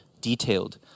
detailed